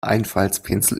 einfaltspinsel